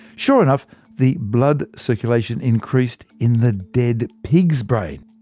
sure enough the blood circulation increased in the dead pig's brain.